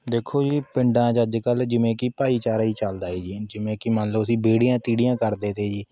ਦੇਖੋ ਜੀ ਪਿੰਡਾਂ ਵਿਚ ਅੱਜ ਕੱਲ੍ਹ ਜਿਵੇਂ ਕਿ ਭਾਈਚਾਰਾ ਹੀ ਚਲਦਾ ਹੈ ਜੀ ਜਿਵੇਂ ਕਿ ਮੰਨ ਲਓ ਅਸੀਂ ਬੀਹੜੀਆਂ ਤੀਹੜੀਆਂ ਕਰਦੇ ਤੇ ਜੀ